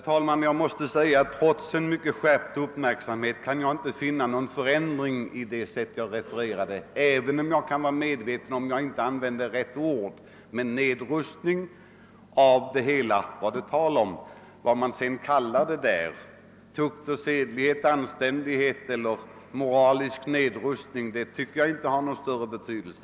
Herr talman! Trots mycket skärpt uppmärksamhet kan jag inte finna någon skillnad mellan det sätt på vilket jag refererade herr Larsson i Luttra och det han nu sade. Jag kan vara medveten om att jag inte använde rätt ord, men nedrustning var det i varje fall tal om. Vad man sedan nedrustar — tukt och sedlighet, anständighet eller moral — vilket ord man väljer tycker jag inte har någon större betydelse.